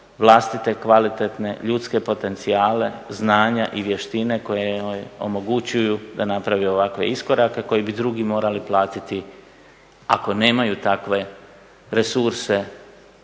vlastite, kvalitetne, ljudske potencijale, znanja i vještine koje joj omogućuju da napravi ovakve iskorake koje bi drugi morali platiti ako nemaju takve resurse